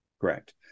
Correct